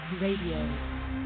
Radio